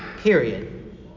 period